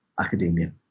academia